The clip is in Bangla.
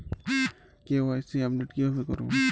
কে.ওয়াই.সি আপডেট কিভাবে করবো?